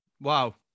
Wow